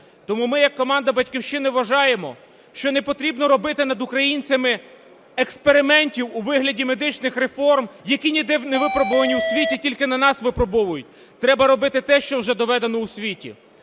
Тому ми як команда "Батьківщини" вважаємо, що не потрібно робити над українцями експериментів у вигляді медичних реформ, які ніде невипробувані у світі, тільки на нас випробовують. Треба робити те, що вже доведено у світі.